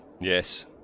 Yes